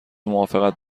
موافقت